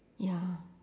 ya